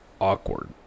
awkward